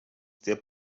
der